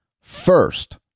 first